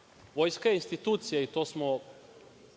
sumnje. Vojska je institucija, i